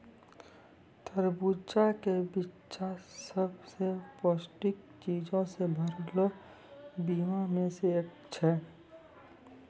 तरबूजा के बिच्चा सभ से पौष्टिक चीजो से भरलो बीया मे से एक छै